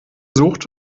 sucht